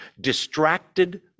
distracted